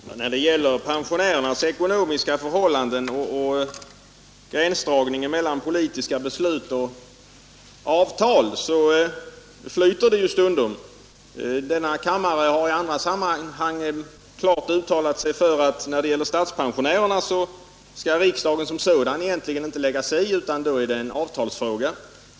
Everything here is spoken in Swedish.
Herr talman! När det gäller pensionärernas ekonomiska förhållanden och gränsdragningen mellan politiska beslut och avtal så flyter uppfattningarna stundom. Denna kammare har i andra sammanhang klart uttalat att när det gäller statspensionerna skall riksdagen egentligen inte lägga sig i detta, utan det är en avtalsfråga.